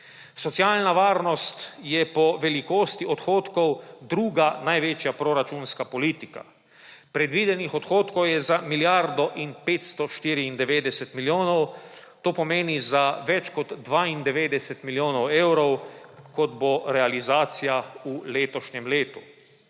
Socialna varnost je po velikosti odhodkov druga največja proračunska politika. Predvidenih odhodkov je za milijardo 594 milijonov, to pomeni za več kot 92 milijonov evrov, kot bo realizacija v letošnjem letu.